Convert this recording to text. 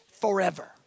forever